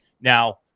Now